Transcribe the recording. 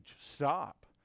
Stop